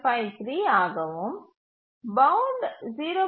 753 ஆகவும் பவுண்ட் 0